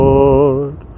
Lord